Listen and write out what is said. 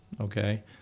okay